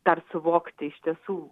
dar suvokti iš tiesų